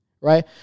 Right